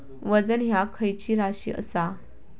वजन ह्या खैची राशी असा?